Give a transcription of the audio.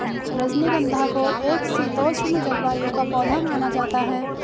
रजनीगंधा को एक शीतोष्ण जलवायु का पौधा माना जाता है